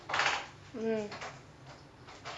mm